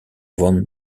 von